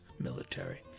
military